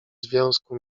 związku